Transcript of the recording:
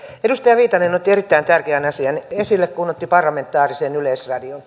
edustaja viitanen otti erittäin tärkeän asian esille parlamentaarisen yleisradion